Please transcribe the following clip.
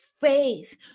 faith